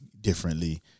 differently